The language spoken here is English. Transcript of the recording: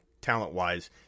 talent-wise